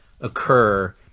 occur